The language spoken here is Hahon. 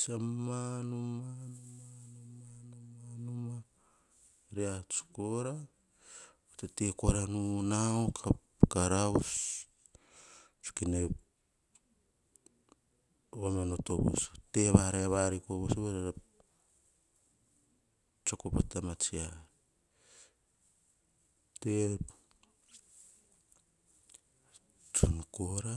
Sasama noma, noma, noma, noma, re ats kora tete korai nu nau, karaus, tsue kene vama noto voso. Te va rai variko voso ka tsiako ta matsi ar, te tsun kora.